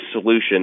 solution